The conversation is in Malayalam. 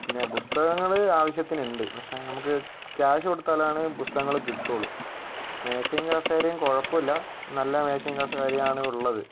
പിന്നെ പുസ്തകങ്ങൾ ആവശ്യത്തിനുണ്ട് പക്ഷെ നമുക്ക് ക്യാഷ് കൊടുത്താലാണ് പുസ്തകങ്ങൾ കിട്ടുകയുള്ളൂ മേശയും കസേരയും കുഴപ്പമില്ല നല്ല മേശയും കസേരയും ആണ് ഉള്ളത്